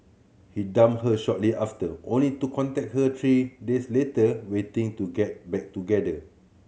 he dumped her shortly after only to contact her three days later waiting to get back together